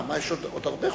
רואה שיש עוד הרבה.